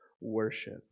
worship